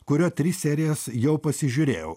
kurio tris serijas jau pasižiūrėjau